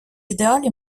ідеалі